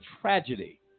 tragedy